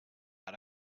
how